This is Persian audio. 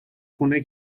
خونه